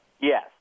Yes